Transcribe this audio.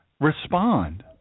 respond